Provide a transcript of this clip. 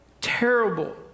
terrible